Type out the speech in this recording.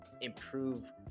improve